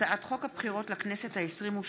הצעת חוק הבחירות לכנסת העשרים-ושתיים